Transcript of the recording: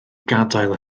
gadael